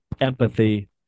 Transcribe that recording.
empathy